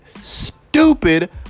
stupid